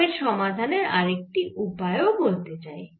ও এর সমাধানের আরেকটি উপায় ও বলতে চাই